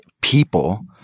people